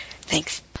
thanks